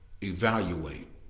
evaluate